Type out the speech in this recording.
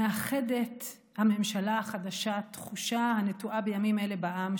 מאחדת הממשלה החדשה תחושה הנטועה בימים אלה בעם,